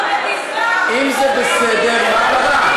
אם זה בסדר, מה רע?